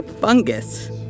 fungus